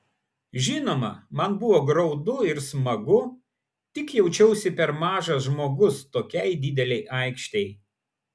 žinoma man buvo graudu ir smagu tik jaučiausi per mažas žmogus tokiai didelei aikštei